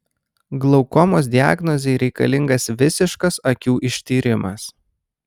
glaukomos diagnozei reikalingas visiškas akių ištyrimas